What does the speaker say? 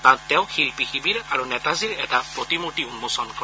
তাত তেওঁ শিল্পী শিবিৰ আৰু নেতাজীৰ এটা প্ৰতিমূৰ্তি উন্মোচন কৰে